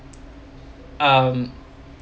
um